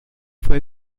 fue